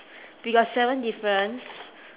we got seven difference